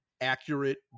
accurate